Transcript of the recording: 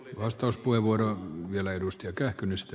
vastauspuheenvuoroa vielä edusti ehkä kynnystä